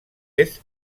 est